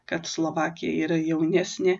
kad slovakija yra jaunesnė